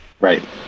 Right